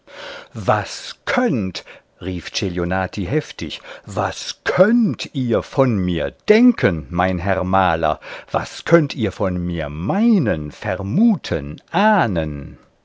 was könnt rief celionati heftig was könnt ihr von mir denken mein herr maler was könnt ihr von mir meinen vermuten ahnen